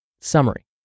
Summary